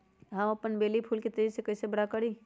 हम अपन बेली फुल के तेज़ी से बरा कईसे करी?